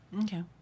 Okay